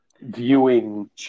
viewing